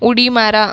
उडी मारा